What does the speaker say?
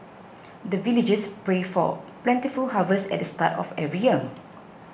the villagers pray for plentiful harvest at the start of every year